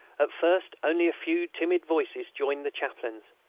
at first only a few timid voices joined the chaplain's.